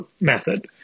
method